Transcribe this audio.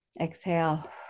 Exhale